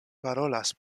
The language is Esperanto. parolas